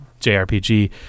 JRPG